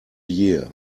year